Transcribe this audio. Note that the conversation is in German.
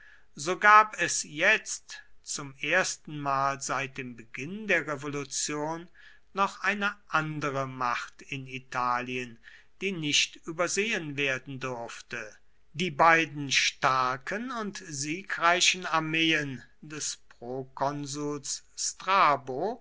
so gab es jetzt zum erstenmal seit dem beginn der revolution noch eine andere macht in italien die nicht übersehen werden durfte die beiden starken und siegreichen armeen des prokonsuls strabo